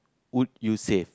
would you save